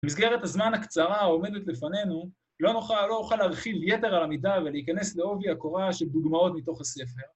במסגרת הזמן הקצרה העומדת לפנינו, לא אוכל להרחיב יתר על המידה ולהיכנס לעובי הקורה של דוגמאות מתוך הספר.